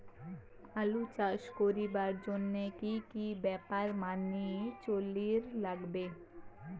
আলু চাষ করিবার জইন্যে কি কি ব্যাপার মানি চলির লাগবে?